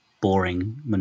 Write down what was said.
Boring